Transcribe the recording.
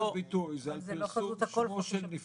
זה לא על חופש הביטוי, זה על פרסום שמו של נפגע.